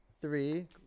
three